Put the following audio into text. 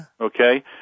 Okay